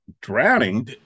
drowning